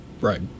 right